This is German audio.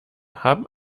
haben